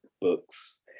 books